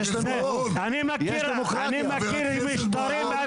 יש לך 64 מנדטים.